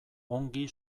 ongi